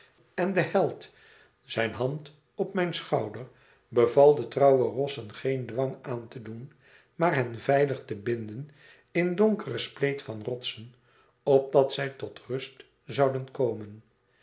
en de held zijn hand op mijn schouder beval de trouwe rossen geen dwang aan te doen maar hen veilig te binden in donkeren spleet van rotsen opdat zij tot rust zouden komen